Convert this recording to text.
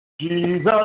Jesus